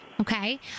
Okay